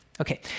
Okay